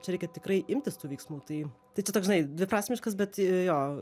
čia reikia tikrai imtis tų veiksmų tai tai čia toks žinai dviprasmiškas bet jo